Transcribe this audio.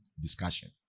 discussion